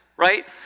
right